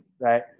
right